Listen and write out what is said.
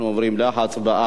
אנחנו עוברים להצבעה.